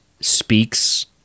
speaks